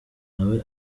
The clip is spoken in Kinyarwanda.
nawe